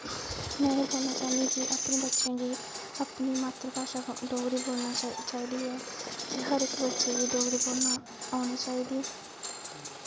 में एह् बोलना चाह्न्नी कि अपने बच्चें गी अपनी मात्तरभाशा डोगरी बोलनी चाहिदी ऐ कि हर इक्क बच्चे गी डोगरी बोलना औनी चाहिदी